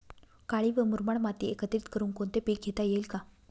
काळी व मुरमाड माती एकत्रित करुन कोणते पीक घेता येईल का?